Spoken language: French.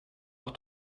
leur